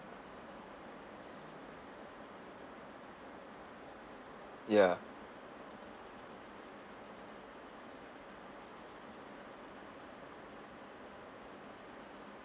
ya